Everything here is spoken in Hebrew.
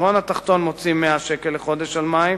העשירון התחתון מוציא 100 שקל לחודש על מים,